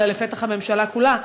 אלא לפתח הממשלה כולה,